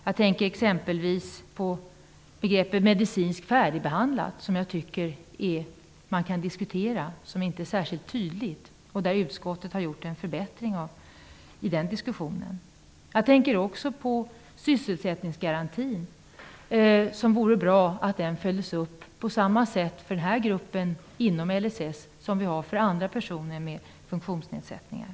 Jag tänker exempelvis på begreppet medicinskt färdigbehandlad, som jag tycker att man kan diskutera och vilket inte är särskilt tydligt. I den frågan har utskottet gjort en förbättring. Jag tänker också på sysselsättningsgarantin. Det vore bra om den följdes upp på samma sätt för gruppen inom LSS som för andra grupper med funktionsnedsättningar.